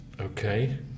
Okay